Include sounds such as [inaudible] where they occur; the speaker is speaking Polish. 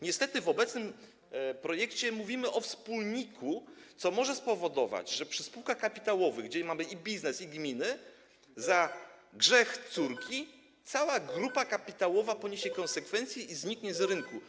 Niestety w obecnym projekcie mówimy o wspólniku, co może spowodować, że w przypadku spółek kapitałowych, gdzie mamy i biznes, i gminy, [noise] za grzech córki cała grupa kapitałowa poniesie konsekwencje i zniknie z rynku.